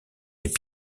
les